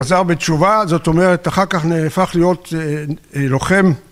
חזר בתשובה זאת אומרת אחר כך נהפך להיות לוחם